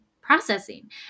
processing